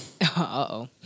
Uh-oh